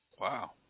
Wow